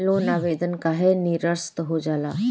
Loan आवेदन काहे नीरस्त हो जाला?